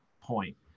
point